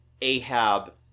Ahab